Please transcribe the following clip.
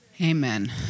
Amen